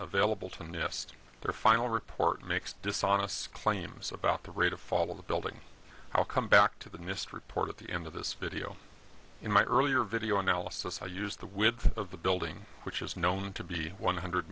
available to nist their final report makes dishonest claims about the rate of fall of the building i'll come back to the nist report at the end of this video in my earlier video analysis i use the width of the building which is known to be one hundred